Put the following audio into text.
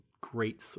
Great